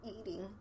eating